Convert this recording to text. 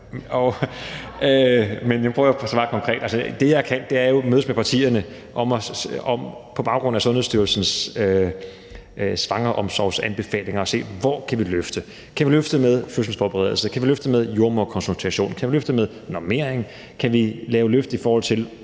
men nu prøver jeg at svare konkret. Det, som jeg kan, er jo at mødes med partierne og på baggrund af Sundhedsstyrelsens svangreomsorgsanbefalinger at se på: Hvor kan vi løfte? Kan vi løfte med fødselsforberedelse? Kan vi løfte med jordemoderkonsultation? Kan vi løfte med normering? Kan vi lave et løft i forhold til